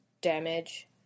damage